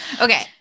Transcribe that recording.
Okay